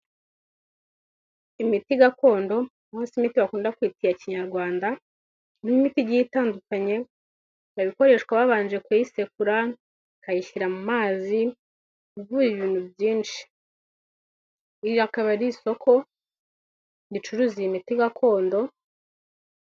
Imiti gakondo izwi nk'imiti bakunda kwita iya kinyarwanda, ni imiti igiye itandukanye, ikaba ikoreshwa babanje kuyisekura, bakayishyira mu mazi, ivura ibintu byinshi. Iri akaba ari isoko ricuruza iyi miti gakondo.